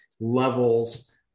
levels